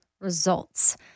Results